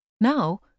Now